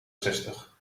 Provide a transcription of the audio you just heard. zestig